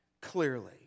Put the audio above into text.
clearly